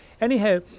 anyhow